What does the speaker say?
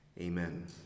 Amen